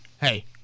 hey